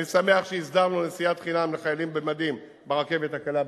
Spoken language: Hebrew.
אני שמח שהסדרנו נסיעת חינם לחיילים במדים ברכבת הקלה בירושלים,